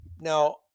Now